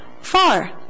far